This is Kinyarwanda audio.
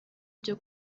byo